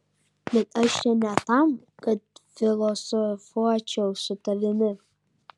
bet aš čia ne tam kad filosofuočiau su tavimi